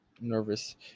nervous